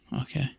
okay